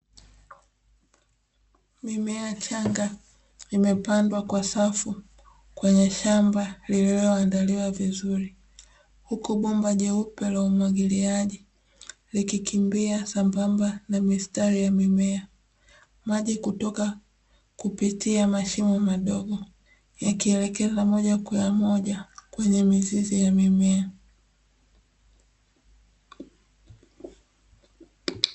Mimea changa imepandwa kwa safu kwenye shamba lililoandaliwa vizuri huku bomba jeupe la umwagiliaji likikimbia sambamba na mistari ya mimea. Maji hutoka kupitia mashimo madogo yakielekea moja kwa moja kwenye mzizi ya mimea.